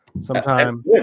sometime